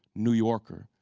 new yorker.